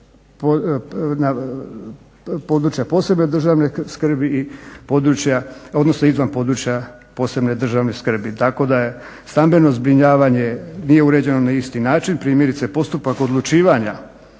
područjima od posebne državne skrbi i izvan područja posebne državne skrbi, tako da stambeno zbrinjavanje nije uređeno na isti način. Primjerice, postupak odlučivanja